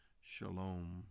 Shalom